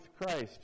Christ